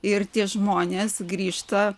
ir tie žmonės grįžta